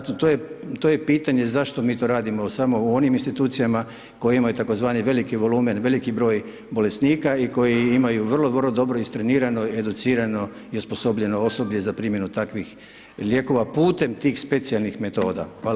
To je pitanje zašto mi to radimo u onim institucijama, koji imaju tzv. veliki volumen veliki broj bolesnika i koji imaju vrlo, vrlo dobro istrenirano, educirano i osposobljeno osoblje za primjenu takvih lijekova putem tih specijalnih metoda.